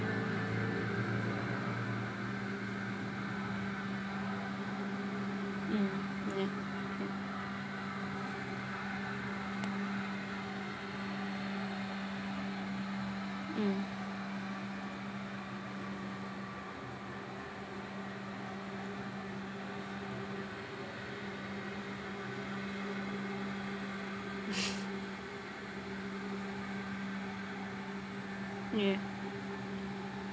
mm ya mm ya